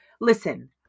listen